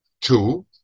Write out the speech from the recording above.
Two